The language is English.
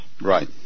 Right